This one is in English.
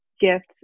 gifts